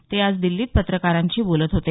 ते आज दिल्लीत पत्रकारांशी बोलत होते